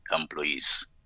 employees